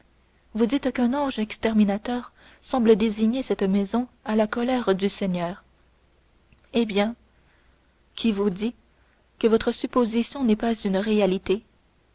vous dites qu'un ange exterminateur semble désigner cette maison à la colère du seigneur eh bien qui vous dit que votre supposition n'est pas une réalité